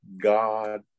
God